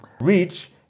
reach